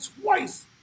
twice